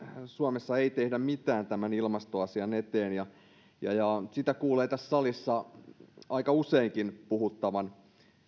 suomessa ei tehdä mitään tämän ilmastoasian eteen sitä kuulee tässä salissa aika useinkin puhuttavan